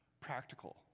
practical